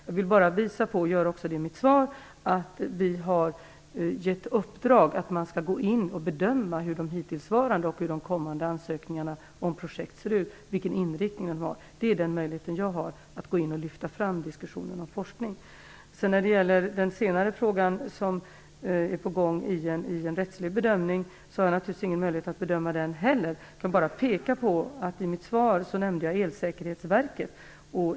Jag vill bara visa på - vilket jag också har gjort i mitt svar - att vi har gett i uppdrag att man skall gå in och bedöma hur de hittillsvarande och kommande ansökningarna när det gäller projekt ser ut och vilken inriktning de har. Det är den möjligheten som jag har, att gå in och lyfta fram en diskussion om forskning. Sedan över till den senare frågan som är under rättslig bedömning. Jag har naturligtvis inte heller någon möjlighet att bedöma den. Jag kan bara peka på att jag i mitt svar nämnde Elsäkerhetsverket.